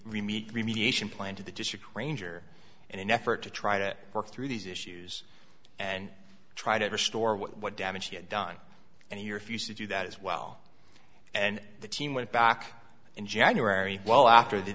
remeet remediation plan to the district ranger in an effort to try to work through these issues and try to restore what damage he had done and he refused to do that as well and the team went back in january well after the